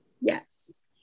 Yes